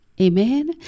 Amen